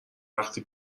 وقتی